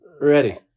Ready